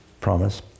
promise